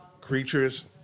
creatures